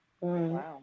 Wow